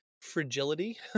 fragility